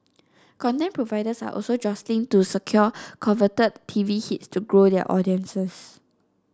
content providers are also jostling to secure coveted T V hits to grow their audiences